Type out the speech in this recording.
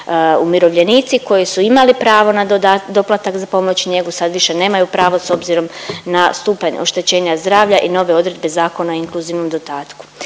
umirovljenici koji su imali pravo na doplatak za pomoć i njegu, sad više nemaju pravo s obzirom na stupanj oštećenja zdravlja i nove odredbe Zakona o inkluzivnom dodatku.